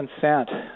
consent